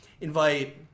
invite